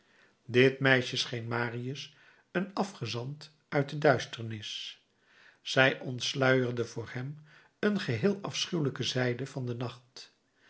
dit meisje scheen marius een afgezant uit de duisternis zij ontsluierde voor hem een geheel afschuwelijke zijde van den nacht